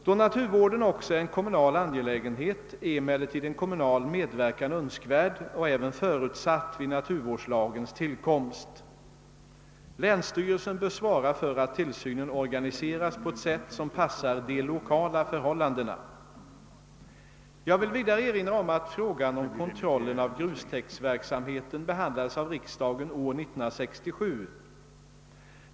Då naturvården också är en kommunal angelägenhet är emellertid en kommunal medverkan önskvärd och även förutsatt vid naturvårdslagens tillkomst. Länsstyrelsen bör svara för att tillsynen organiseras på ett sätt som passar de lokala förhållandena. Jag vill vidare erinra om att frågan om kontrollen av grustäktsverksamheten behandlades av riksdagen år 1967.